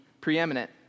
preeminent